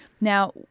Now